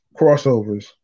Crossovers